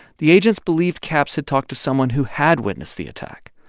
the agents believed capps had talked to someone who had witnessed the attack,